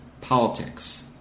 politics